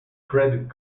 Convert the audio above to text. credit